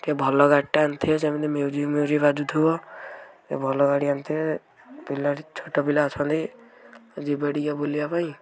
ଟିକେ ଭଲ ଗାଡ଼ିଟେ ଆଣିଥିବେ ଯେମିତି ମ୍ୟୁଜିକ୍ ମ୍ୟୁଜିକ୍ ବାଜୁଥିବ ଏ ଭଲ ଗାଡ଼ି ଆଣିଥିବେ ପିଲାଟି ଛୋଟ ପିଲା ଅଛନ୍ତି ଯିବେ ଟିକେ ବୁଲିବା ପାଇଁ